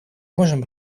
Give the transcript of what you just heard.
можем